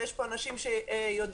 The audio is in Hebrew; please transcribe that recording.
ויש פה אנשים שיודעים,